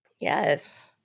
Yes